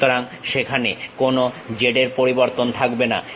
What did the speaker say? সুতরাং সেখানে কোনো z এর পরিবর্তন থাকবে না